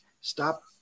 Stop